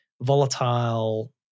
volatile